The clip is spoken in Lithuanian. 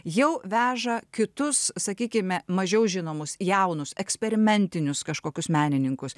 jau veža kitus sakykime mažiau žinomus jaunus eksperimentinius kažkokius menininkus